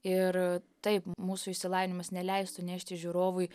ir taip mūsų išsilavinimas neleistų nešti žiūrovui